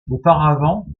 auparavant